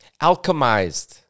alchemized